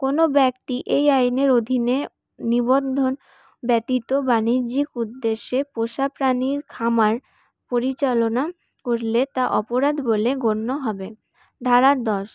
কোন ব্যক্তি এই আইনের অধীনে নিবন্ধন ব্যতিত বাণিজ্যিক উদ্দেশ্যে পোষা প্রাণীর খামার পরিচালনা করলে তা অপরাধ বলে গণ্য হবে ধারা দশ